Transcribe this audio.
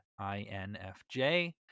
INFJ